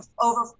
over